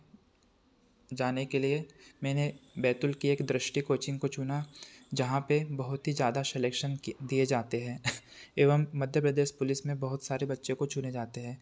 जाने के लिए मैंने बैतूल की एक दृष्टि कोचिंग को चुना जहाँ पर बहुत ही ज़्यादा सेलेक्शन किए दिए जाते हैं एवं मध्यप्रदेश पुलिस में बहुत सारे बच्चों को चुने जाते हैं